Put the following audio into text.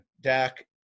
Dak